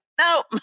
no